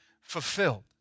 fulfilled